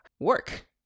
work